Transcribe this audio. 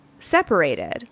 separated